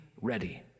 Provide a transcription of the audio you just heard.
ready